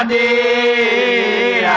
a